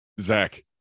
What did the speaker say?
Zach